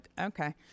Okay